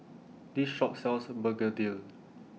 This Shop sells Begedil